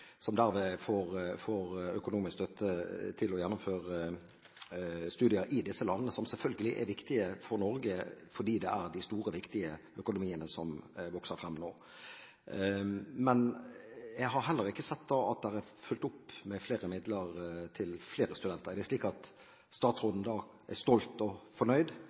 som får økonomisk støtte til å gjennomføre studier i disse landene, som selvfølgelig er viktige for Norge fordi det er de store viktige økonomiene som vokser frem nå. Men jeg har heller ikke sett at det er fulgt opp med flere midler til flere studenter. Er det slik at statsråden er stolt og fornøyd